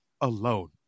alone